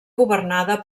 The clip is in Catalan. governada